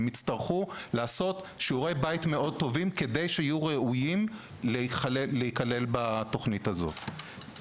לעשות שיעורי בית מאוד טובים כדי שיהיו ראויים להיכלל בתכנית הזאת.